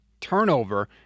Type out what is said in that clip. turnover